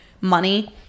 money